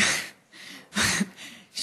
למה את חמוצה?